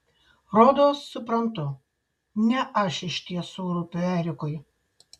rodos suprantu ne aš iš tiesų rūpiu erikui